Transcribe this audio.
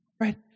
Right